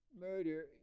murder